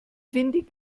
windig